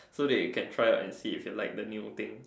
so that you can try out and see if you like the new thing